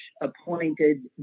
appointed